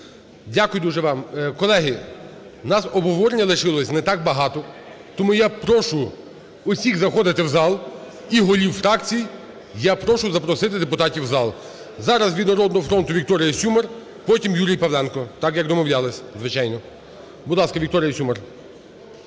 Дякую дуже вам. Колеги, у нас обговорення лишилося не так багато. Тому я прошу усіх заходити в зал, і голів фракцій я прошу запросити депутатів в зал. Зараз від "Народного фронту" Вікторія Сюмар, потім – Юрій Павленко, так, як домовлялися, звичайно. Будь ласка, Вікторія Сюмар.